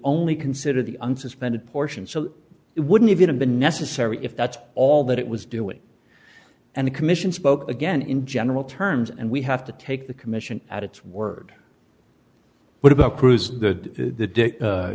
only consider the unsuspended portion so it wouldn't have been necessary if that's all that it was doing and the commission spoke again in general terms and we have to take the commission at its word what about cruise the